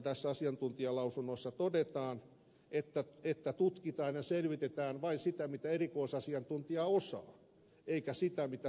tässä asiantuntijalausunnossa todetaan että tutkitaan ja selvitetään vain sitä mitä erikoisasian tuntija osaa eikä sitä mitä suomi tarvitsee